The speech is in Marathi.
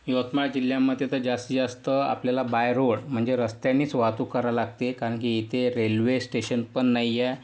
यवतमाळ जिल्ह्यामध्ये तर जास्ती जास्त आपल्याला बाय रोड म्हणजे रस्त्यानेच वाहतूक करायला लागते कारण की इथे रेल्वे स्टेशन पण नाही आहे